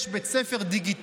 יש לו בית ספר דיגיטלי,